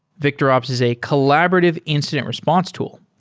victorops is a collaborative incident response tool,